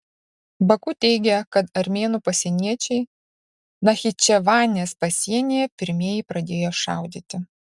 baku teigia kad armėnų pasieniečiai nachičevanės pasienyje pirmieji pradėjo šaudyti